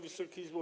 Wysoka Izbo!